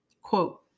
Quote